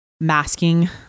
masking